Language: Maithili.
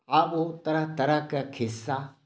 आब ओ तरह तरहके किस्सा